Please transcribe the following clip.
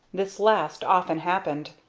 this last often happened.